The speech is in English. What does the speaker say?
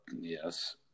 Yes